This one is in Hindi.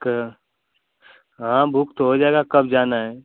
का हाँ बुक तो हो जाएगा कब जाना है